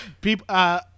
people